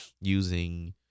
using